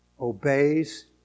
obeys